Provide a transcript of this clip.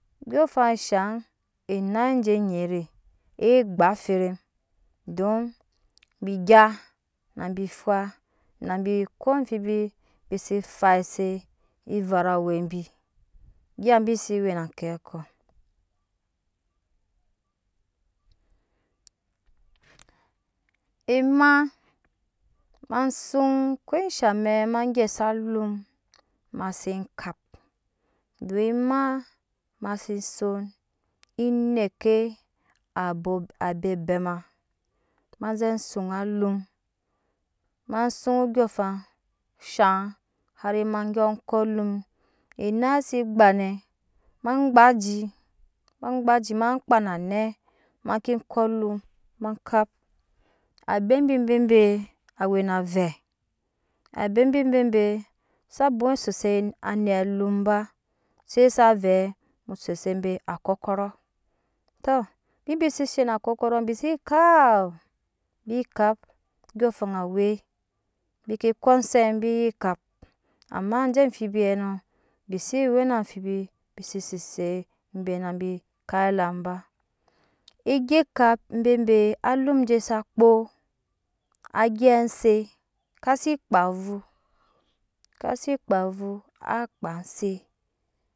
Ondyøɔafan shaŋ enai je eŋave ewe gba ferem don bi gya na bi fwa na bi ko amfibi bi se fai se everu awɛ bi gya bi ze we na kɨko emam sun ko sha amɛk ma gyɛsa alum ma ze kap domi ma ma se zon neke abo abe obɛma ma ze sun ŋa alum ma sun odɔoŋfan saŋ hari mabe ko alum enai se gba nɛ ma gba jinma kpaa na nɛ ma ke ko alum ma kap abɛ bi bebe awena avɛ abe bi bebe sa bwoma seze be arok tɔ bibe se she na akɔrk bi se kap bi kap andyɔɔŋafan awe bike ko cunshe bi ye kap amma je am fibiɛ nɔ bi se we na amfibi bi se sese be nabi kap elam ba egya ekap bebe alum jesaba kpoo agyɛp ashe ka si kpaa avu ka si kpaa avuakpa anse